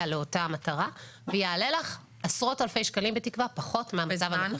לאותה מטרה ובתקווה יעלה לך עשרות אלפי שקלים פחות מהמצב הנוכחי.